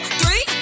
three